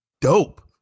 dope